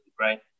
right